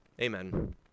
Amen